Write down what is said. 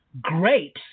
grapes